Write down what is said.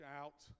out